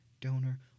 Donor